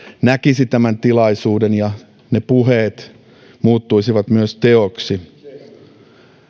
näkisi tämän tilaisuuden ja ne puheet muuttuisivat myös teoiksi